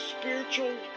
spiritual